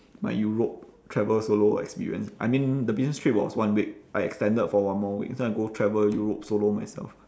my europe travel solo experience I mean the business trip was one week I extended for one more week so I go travel europe solo myself